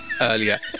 earlier